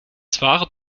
zware